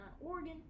Oregon